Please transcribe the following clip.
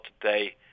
today